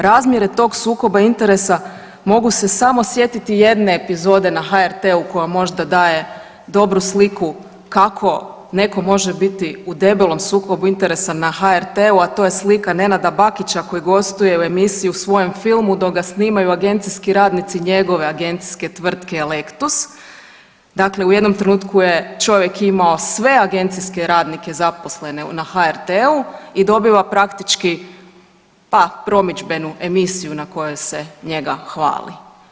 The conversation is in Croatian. Razmjere tog sukoba interesa mogu se samo sjetiti jedne epizode na HRT-u koja možda daje dobru sliku kako neko može biti u debelom sukobu interesa na HRT-u, a to je slika Nenada Bakića koji gostuje u emisiji „U svojem filmu“ dok ga snimaju agencijski radnici njegove agencijske tvrtke „Electus“, dakle u jednom trenutku je imao sve agencijske radnije zaposlene na HRT-u i dobiva praktički pa promidžbenu emisiju na kojoj se njega hvali.